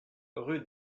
rue